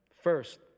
First